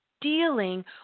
dealing